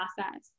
process